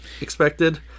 expected